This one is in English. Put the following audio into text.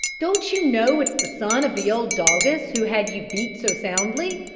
don't you know its the son of the old doggess who had you beat so soundly?